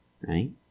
right